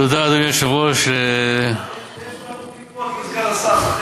תודה, אדוני היושב-ראש, יש לנו תקוות מסגן השר.